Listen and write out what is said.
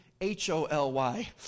H-O-L-Y